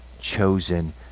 chosen